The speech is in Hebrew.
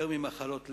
יותר ממחלות לב,